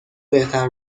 بهتر